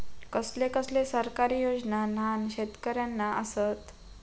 कसले कसले सरकारी योजना न्हान शेतकऱ्यांना आसत?